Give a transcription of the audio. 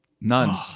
None